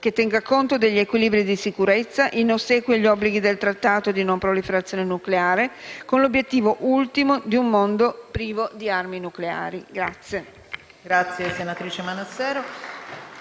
che tenga conto degli equilibri di sicurezza, in ossequio agli obblighi del Trattato di non proliferazione nucleare, con l'obiettivo ultimo di un mondo privo di armi nucleari.